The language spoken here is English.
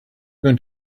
going